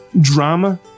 Drama